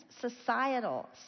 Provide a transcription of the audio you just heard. societal